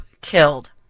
killed